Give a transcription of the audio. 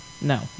No